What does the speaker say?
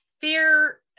Fear